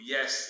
Yes